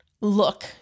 look